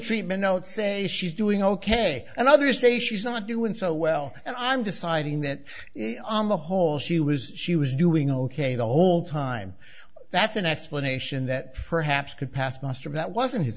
treatment notes say she's doing ok and others say she's not doing so well and i'm deciding that on the whole she was she was doing ok the whole time that's an explanation that perhaps could pass muster that wasn't h